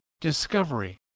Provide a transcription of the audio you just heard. Discovery